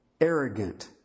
arrogant